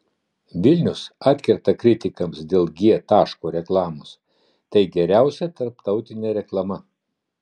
vilnius atkerta kritikams dėl g taško reklamos tai geriausia tarptautinė reklama